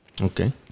Okay